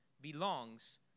belongs